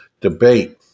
debate